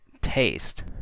taste